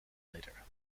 later